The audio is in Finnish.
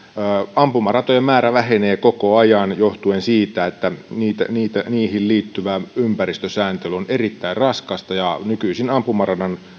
ampumaratojen määrä vähenee koko ajan johtuen siitä että niihin liittyvä ympäristösääntely on erittäin raskasta ja nykyisin ampumaradan